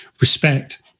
respect